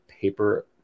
paper